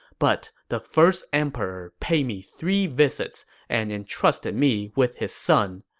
but the first emperor paid me three visits and entrusted me with his son.